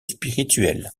spirituelles